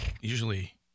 usually